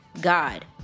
God